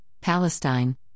Palestine